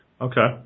Okay